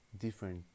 different